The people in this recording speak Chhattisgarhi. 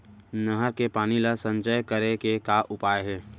नहर के पानी ला संचय करे के का उपाय हे?